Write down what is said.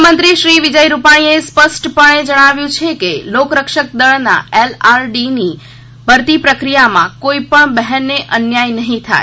મુખ્યમંત્રી શ્રી વિજય રૂપાણીએ સ્પષ્ટપણે જણાવ્યું છે કે લોક રક્ષક દળ એલઆરડીની ભરતી પ્રક્રિયામાં કોઈપણ બહેનને અન્યાય નહીં થાય